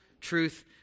truth